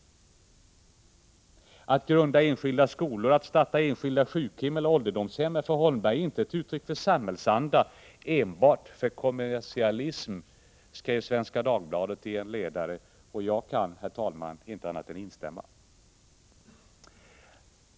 ”Att grunda enskilda skolor, att starta enskilda sjukhem eller ålderdomshem är för Holmberg inte ett uttryck för samhällsanda, enbart för kommersialism”, skrev Svenska Dagbladet i en ledare. Jag kan inte annat än instämma.